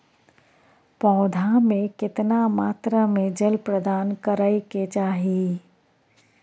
पौधा में केतना मात्रा में जल प्रदान करै के चाही?